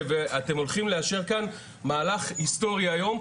ואתם הולכים לאשר כאן מהלך היסטורי היום.